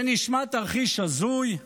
זה נשמע תרחיש הזוי?